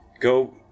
Go